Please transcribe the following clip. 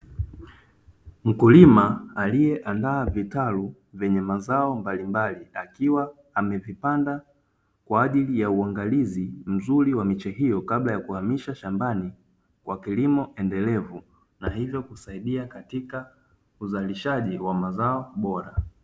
Mfuko wenye picha ya kondoo pamoja na mbuzi, Unaoashiria ni dawa ya mifugo husika na ivyo husaidia Kama matibabu ya afya kwa wanyama hao kwa ajiri ya uzalishaji ulio bora wa nyama, pamoja na maziwa.